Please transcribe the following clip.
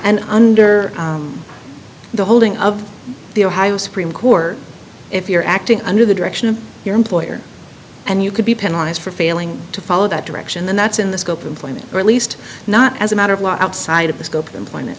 and under the holding of the ohio supreme court if you're acting under the direction of your employer and you could be penalized for failing to follow that direction then that's in the scope employment or at least not as a matter of law outside of the scope of employment